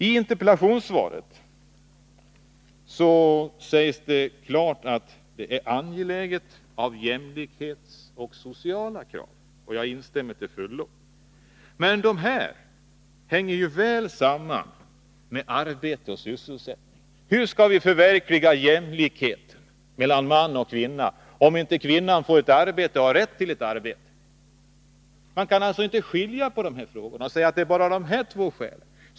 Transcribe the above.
I interpellationssvaret uttalas klart att kortare arbetstid är angeläget av jämlikhetsoch sociala krav. Jag instämmer till fullo häri. Men detta hänger ju väl samman med arbete och sysselsättning. Hur skall vi kunna förverkliga talet om jämlikhet mellan man och kvinna, om inte kvinnan får ett arbete och rätt till ett arbete? Man kan alltså inte skilja på dessa frågor och säga att det bara handlar om jämlikhet och sociala krav.